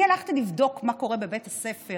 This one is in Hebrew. אני הלכתי לבדוק מה קורה בבית הספר,